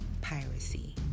piracy